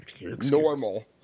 normal